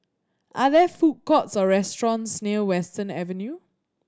are there food courts or restaurants near Western Avenue